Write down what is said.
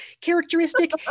characteristic